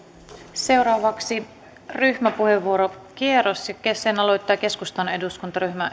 seuraavaksi ryhmäpuheenvuorokierros sen aloittaa keskustan eduskuntaryhmä